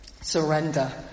Surrender